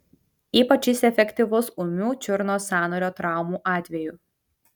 ypač jis efektyvus ūmių čiurnos sąnario traumų atveju